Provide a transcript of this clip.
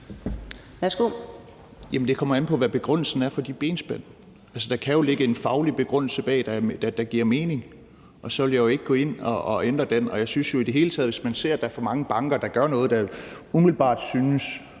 Det kommer an på, hvad begrundelsen er for de benspænd. Der kan jo ligge en faglig begrundelse bag, der giver mening, og så vil jeg jo ikke gå ind og ændre den. Jeg synes jo i det hele taget, at hvis man ser, at der er for mange banker, der gør noget, der umiddelbart synes